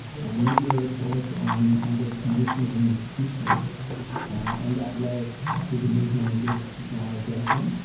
and media reports on on those conditions in institutions and that led to the movement of the institutionalisation.